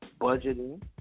budgeting